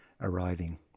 arriving